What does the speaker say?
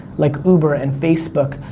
like uber and facebook,